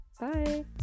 Bye